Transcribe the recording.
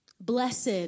blessed